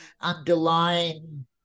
underlying